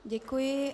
Děkuji.